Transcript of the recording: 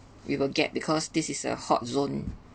we will get because this is a hot zone